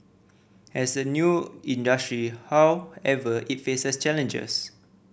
as a new industry however it face challenges